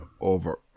over